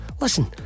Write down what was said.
Listen